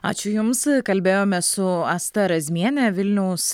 ačiū jums kalbėjome su asta razmienė vilniaus